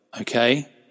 okay